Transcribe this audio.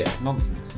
nonsense